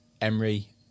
Emery